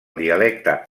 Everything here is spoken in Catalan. dialecte